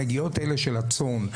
הנגיעות האלה של הצאן,